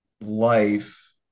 life